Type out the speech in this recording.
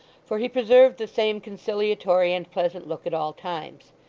for he preserved the same conciliatory and pleasant look at all times.